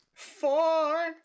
four